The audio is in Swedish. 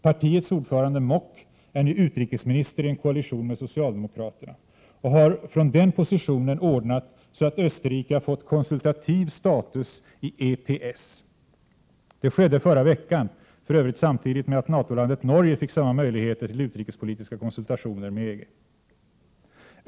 Partiets ordförande Mock är nu utrikesminister i en koalition med socialdemokraterna och har från den positionen ordnat så att Österrike har fått konsultativ status i EPS. Det skedde förra veckan, för övrigt samtidigt med att NATO-landet Norge fick samma möjligheter till utrikespolitiska konsultationer med EG.